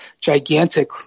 gigantic